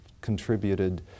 contributed